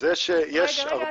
זה שיש הרבה מדינות -- רגע, רגע.